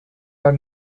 are